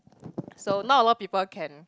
so not a lot people can